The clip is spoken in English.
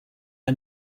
are